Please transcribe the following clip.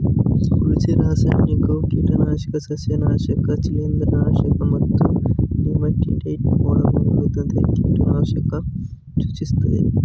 ಕೃಷಿ ರಾಸಾಯನಿಕವು ಕೀಟನಾಶಕ ಸಸ್ಯನಾಶಕ ಶಿಲೀಂಧ್ರನಾಶಕ ಮತ್ತು ನೆಮಟಿಸೈಡ್ ಒಳಗೊಂಡಂತೆ ಕೀಟನಾಶಕ ಸೂಚಿಸ್ತದೆ